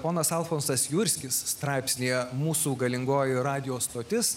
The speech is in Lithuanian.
ponas alfonsas jurskis straipsnyje mūsų galingoji radijo stotis